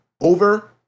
over